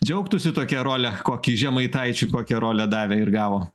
džiaugtųsi tokia role kokį žemaitaičiui kokią rolę davė ir gavo